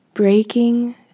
breaking